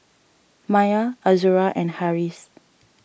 Maya Azura and Harris